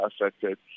affected